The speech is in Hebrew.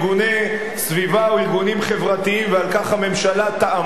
סביבה או ארגונים חברתיים ועל כך הממשלה תעמוד,